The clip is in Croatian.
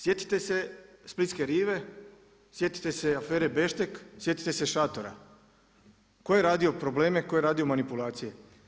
Sjetite se Splitske rive, sjetite se afere Beštek, sjetite se šatora, tko je radio probleme, tko je radio manipulacije?